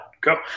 Go